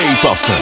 K-Pop